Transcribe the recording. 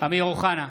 אמיר אוחנה,